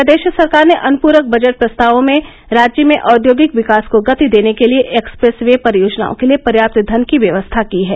प्रदेश सरकार ने अनपरक बजट प्रस्तावों में राज्य में औद्योगिक विकास को गति देने के लिए एक्सप्रेस वे परियोजनाओं के लिये पर्याप्त धन की व्यवस्था की है